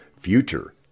future